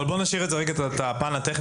אבל בואו נשאיר את הפן הטכני.